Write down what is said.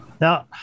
Now